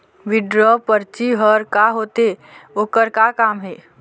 Withdraw परची हर का होते, ओकर का काम हे?